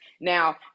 Now